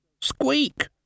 Squeak